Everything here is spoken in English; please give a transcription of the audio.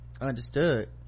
Understood